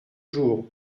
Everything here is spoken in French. jour